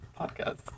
podcast